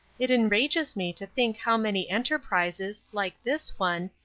it enrages me to think how many enterprises, like this one,